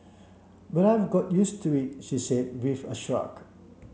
but I've got used to it she said with a shrug